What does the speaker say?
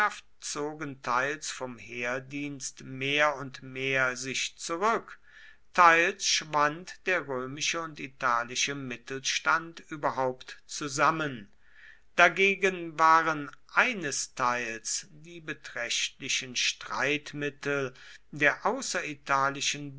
teils vom heerdienst mehr und mehr sich zurück teils schwand der römische und italische mittelstand überhaupt zusammen dagegen waren einesteils die beträchtlichen streitmittel der